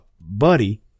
buddy